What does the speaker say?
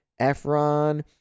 efron